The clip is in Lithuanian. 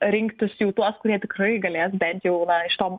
rinktis jau tuos kurie tikrai galės bent jau na iš to